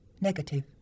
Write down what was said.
Negative